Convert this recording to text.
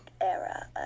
Era